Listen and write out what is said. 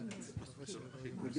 מי בעד?